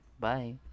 Bye